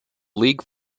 league